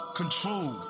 control